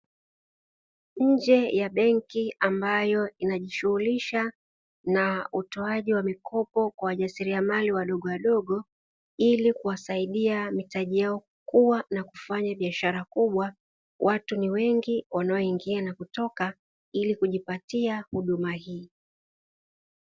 Nje ya benki ambayo inajishughulisha na utoaji wa mikopo kwa wajasiriamali wadowadogo wadogo ili kuwasaidia mitaji yao kukua na kufanya biashara kubwa, watu ni wengi wanaoingia na kutoka ili kujipatia huduma hii.